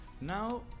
Now